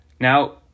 Now